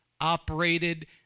operated